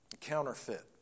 Counterfeit